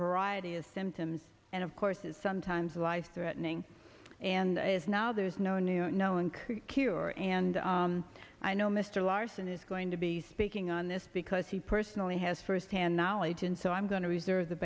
variety of symptoms and of course is sometimes life threatening and is now there's no new and no increased cure and i know mr larson is going to be speaking on this because he personally has first hand knowledge and so i'm going to reserve the